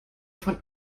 von